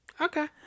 Okay